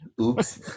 oops